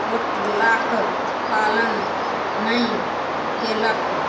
प्रोटकाॅलक पालन नहि केलक